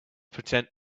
pretend